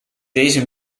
deze